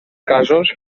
casos